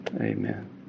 Amen